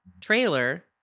trailer